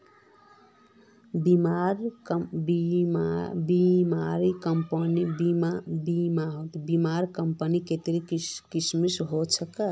बीमार कंपनी कत्ते किस्म होछे